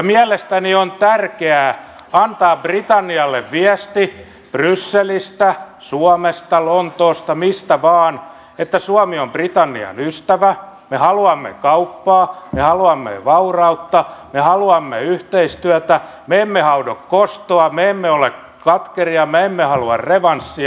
mielestäni on tärkeää antaa britannialle viesti brysselistä suomesta lontoosta mistä vain että suomi on britannian ystävä me haluamme kauppaa me haluamme vaurautta me haluamme yhteistyötä me emme haudo kostoa me emme ole katkeria me emme halua revanssia